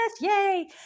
Yay